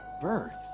birth